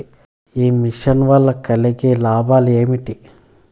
ఈ మిషన్ వల్ల కలిగే లాభాలు ఏమిటి?